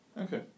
Okay